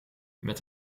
met